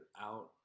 out